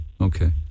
okay